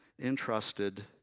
entrusted